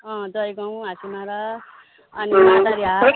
अँ जयगाउँ हाँसिमारा अनि मादरी हाट